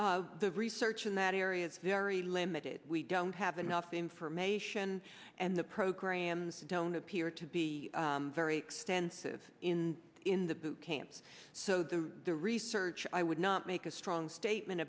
the research in that area is very limited we don't have enough information and the programs don't appear to be very extensive in the camps so the research i would not make a strong statement